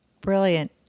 Brilliant